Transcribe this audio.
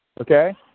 okay